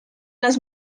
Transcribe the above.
las